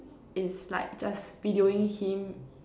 is like just videoing him